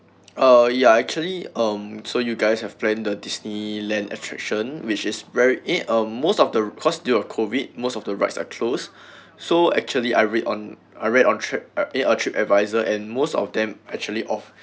uh ya actually um so you guys have plan the Disneyland attraction which is very eh uh most of the because of the COVID most of the rides are close so actually I read on I read on trip um read on trip advisor and most of them actually of